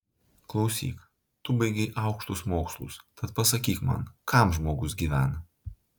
klausyk tu baigei aukštus mokslus tad pasakyk man kam žmogus gyvena